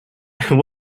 and